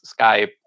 Skype